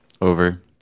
Over